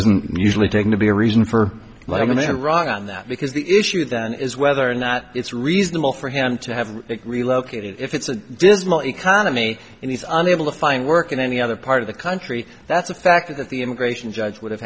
isn't usually taken to be a reason for what i mean they're wrong on that because the issue then is whether or not it's reasonable for him to have relocated if it's a dismal economy and he's unable to find work in any other part of the country that's a factor that the immigration judge would have